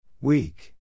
Weak